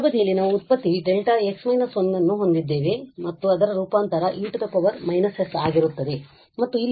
ಬಲಬದಿಯಲ್ಲಿ ನಾವು ವ್ಯುತ್ಪತ್ತಿ δ x − 1 ಅನ್ನು ಹೊಂದಿದ್ದೇವೆ ಮತ್ತು ಅದರ ರೂಪಾಂತರವು e −s ಆಗಿರುತ್ತದೆ ಮತ್ತು ಇಲ್ಲಿ ಇರುವಂತೆಯೇ ಉಳಿಯುವ ಒಂದು ಮೈನಸ್ ಚಿಹ್ನೆ ಇತ್ತು